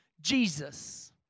Jesus